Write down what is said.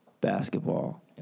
basketball